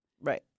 Right